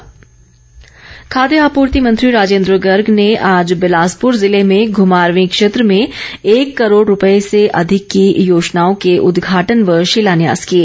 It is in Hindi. राजेन्द्र गर्ग खाद्य आपूर्ति मंत्री राजेन्द्र गर्ग ने आज बिलासपुर जिले में घुमारवीं क्षेत्र में एक करोड़ रूपये से अधिक की योजनाओं के उद्घाटन व शिलान्यास किए